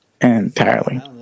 Entirely